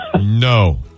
No